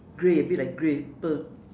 grey a bit like grey pur~